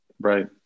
Right